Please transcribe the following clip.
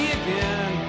again